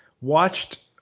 watched